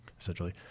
essentially